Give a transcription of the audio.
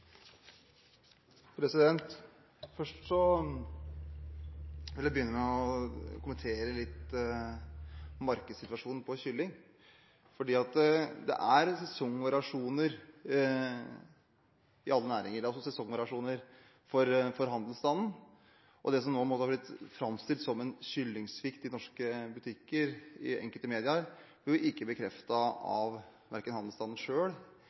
vil begynne med å kommentere markedssituasjonen for kylling. Det er sesongvariasjoner i alle næringer, sesongvariasjoner for handelsstanden, og det som nå har blitt framstilt som en kyllingsvikt i norske butikker i enkelte medier, er ikke bekreftet av verken handelsstanden